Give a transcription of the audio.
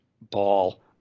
ball